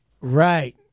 Right